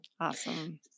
Awesome